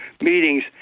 meetings